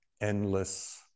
endless